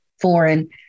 foreign